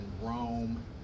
Rome